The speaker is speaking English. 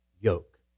yoke